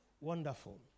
Wonderful